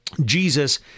Jesus